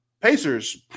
Pacers